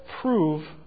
prove